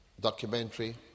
documentary